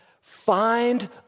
find